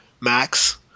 Max